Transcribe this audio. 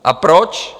A proč?